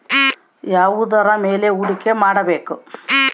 ಯಾವುದರ ಮೇಲೆ ಹೂಡಿಕೆ ಮಾಡಬೇಕು?